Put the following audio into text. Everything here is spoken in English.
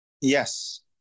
yes